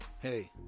Hey